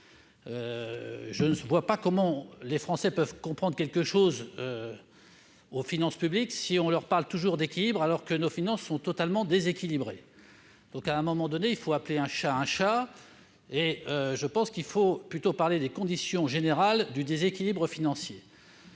Je ne vois pas comment les Français peuvent comprendre quelque chose aux finances publiques, si on leur parle toujours d'équilibre, alors que les finances sont totalement déséquilibrées. À un moment donné, il faut appeler un chat un chat ! Je pense donc qu'il faut plutôt parler des « conditions générales du déséquilibre financier